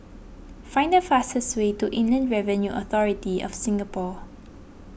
find the fastest way to Inland Revenue Authority of Singapore